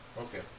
Okay